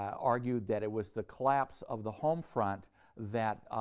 argued that it was the collapse of the home front that